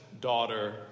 daughter